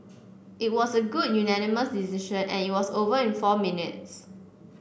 it was a good unanimous decision and it was over in four minutes